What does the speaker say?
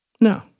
No